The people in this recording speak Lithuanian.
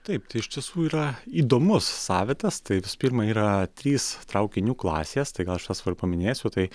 taip tai iš tiesų yra įdomus savitas tai visų pirma yra trys traukinių klasės tai gal aš tas va ir paminėsiu tai